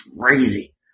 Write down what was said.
crazy